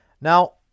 Now